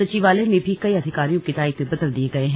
सचिवालय में भी कई अधिकारियों के दायित्व बदल दिये गये हैं